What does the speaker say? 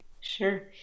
Sure